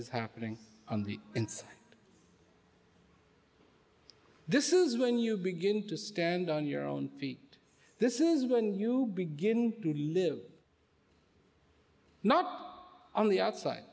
is happening on the inside this is when you begin to stand on your own feet this is when you begin to live not on the outside